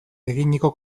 eginiko